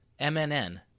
mnn